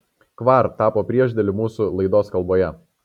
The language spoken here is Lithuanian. kvar tapo priešdėliu mūsų laidos kalboje